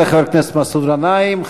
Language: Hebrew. תודה לחבר הכנסת מסעוד גנאים.